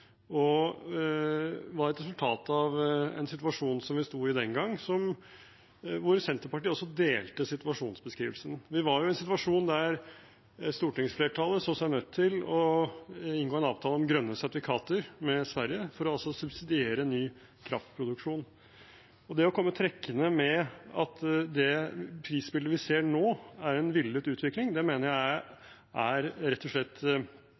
og var et resultat av en situasjon som vi sto i den gang, der Senterpartiet også delte situasjonsbeskrivelsen. Vi var i en situasjon der stortingsflertallet så seg nødt til å inngå en avtale om grønne sertifikater med Sverige for å subsidiere ny kraftproduksjon. Det å komme trekkende med at det prisbildet vi ser nå, er en villet utvikling, mener jeg rett og slett